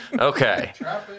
Okay